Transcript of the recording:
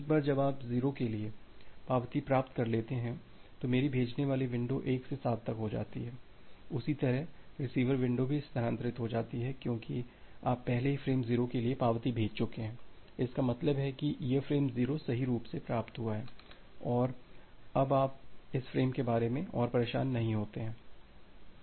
एक बार जब आप 0 के लिए पावती प्राप्त कर लेते हैं तो मेरी भेजने की विंडो 1 से 7 तक हो जाती है उसी तरह रिसीवर विंडो भी स्थानांतरित हो जाती है क्योंकि आप पहले ही फ्रेम 0 के लिए पावती भेज चुके हैं इसका मतलब है कि यह फ़्रेम 0 सही रूप से प्राप्त हुआ है और आप इस फ़्रेम के बारे में और परेशान नहीं होते हैं